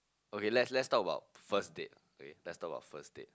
okay let's let's talk about first date okay let's talk about first date